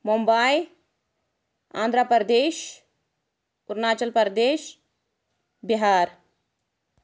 Mumbai Andhra Pradesh Arunachal Pradesh Bihar